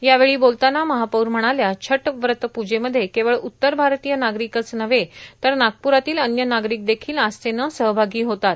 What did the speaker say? यावेळी बोलताना महापौर म्हणाल्या छठ व्रत प्जेमध्ये केवळ उत्तर भारतीय नागरिकच नव्हे तर नागप्रातील अन्य नागरिक देखील आस्थेने सहभागी होतात